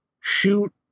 shoot